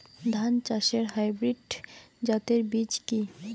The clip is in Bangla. ধান চাষের হাইব্রিড জাতের বীজ কি?